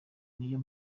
niyo